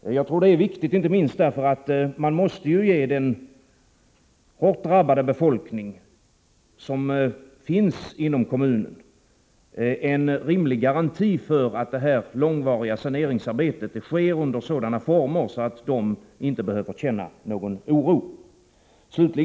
Jagtror att detta är viktigt, inte minst av den anledningen att man måste ge den hårt drabbade befolkning som finns inom kommunen en rimlig garanti för att det här långvariga saneringsarbetet sker under sådana former att den inte behöver känna någon oro.